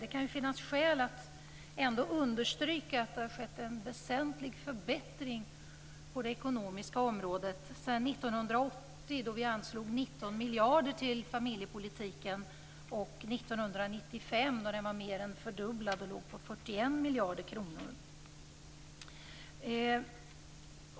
Det kan finnas skäl att ändå understryka att det har skett en väsentlig förbättring på det ekonomiska området sedan 1980 då vi anslog 19 miljarder till familjepolitiken och 1995 då anslaget var mer än fördubblat och låg på 41 miljarder kronor.